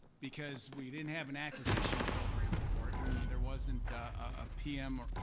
because we didn't have an acquisition program for it and there wasn't a pm or a,